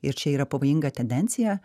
ir čia yra pavojinga tendencija